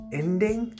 ending